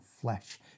flesh